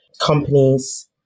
companies